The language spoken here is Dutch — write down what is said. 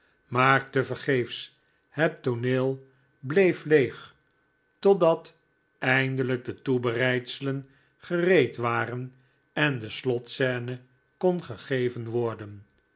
maar tevergeefs het tooneel bleef leeg totdat eindelijk de toebereidselen gereed waren en de slotscene kon gegeven worden